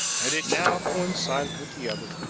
and it now coincided with the other,